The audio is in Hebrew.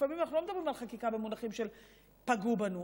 לפעמים אנחנו לא מדברים על חקיקה במונחים של "פגעו בנו",